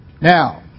Now